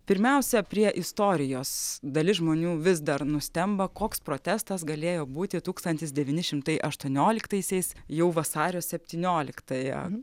pirmiausia prie istorijos dalis žmonių vis dar nustemba koks protestas galėjo būti tūkstantis devyni šimtai aštuonioliktaisiais jau vasario septynioliktąją